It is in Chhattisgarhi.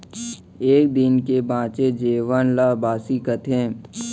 एक दिन के बांचे जेवन ल बासी कथें